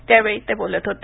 त्यावेळी ते बोलत होते